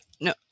no